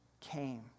came